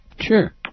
Sure